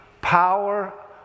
power